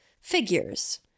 Figures